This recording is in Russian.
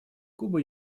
куба